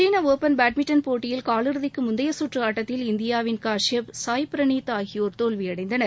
சீன open badminton போட்டியில் காலிறுதிக்கு முந்தைய சுற்று ஆட்டத்தில் இந்தியாவின் காஷியப் சாய் பிரனீத் ஆகியோா் தோல்வியடைந்தனர்